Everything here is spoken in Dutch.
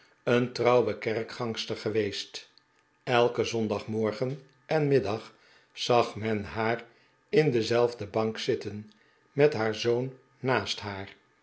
een trouwe kerkgangster geweest elken zondagmorgen en middag zag men haar in dezelfde bank zitten met haar zoon naast haar